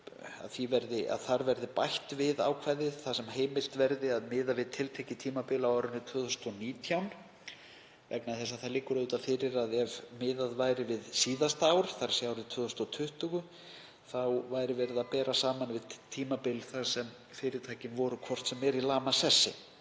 þar verði bætt við ákvæði þar sem heimilt verði að miða við tiltekið tímabil á árinu 2019 vegna þess að það liggur auðvitað fyrir að ef miðað væri við síðasta ár, þ.e. árið 2020, þá væri verið að bera saman við tímabil þar sem fyrirtækin voru hvort sem er í lamasessi.